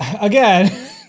again